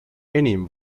enim